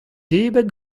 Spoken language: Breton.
debret